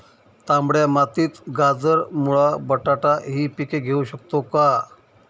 तांबड्या मातीत गाजर, मुळा, बटाटा हि पिके घेऊ शकतो का?